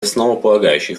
основополагающий